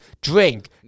Drink